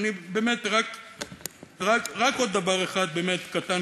באמת רק עוד דבר אחד באמת קטן,